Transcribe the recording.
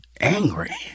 angry